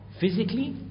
Physically